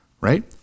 Right